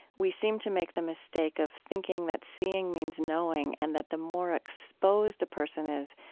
we seem to make the mistake of thinking that seeing means knowing. and that the more exposed a person is,